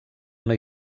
una